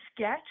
Sketch